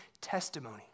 testimony